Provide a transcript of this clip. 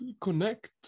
connect